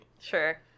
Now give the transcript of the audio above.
Sure